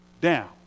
down